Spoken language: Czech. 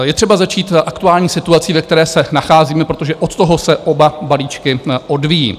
Je třeba začít aktuální situací, ve které se nacházíme, protože od toho se oba balíčky odvíjí.